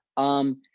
um,